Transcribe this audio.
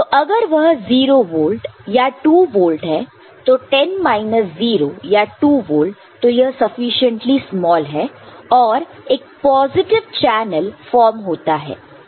तो अगर वह 0 वोल्ट या 2 वोल्ट है तो 10 माइनस 0 वोल्ट या 2 वोल्ट तो वह सफिशिएंटली स्माल है और एक पॉजिटिव चैनल फॉर्म होता है